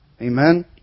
Amen